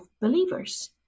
believers